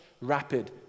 rapid